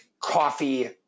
coffee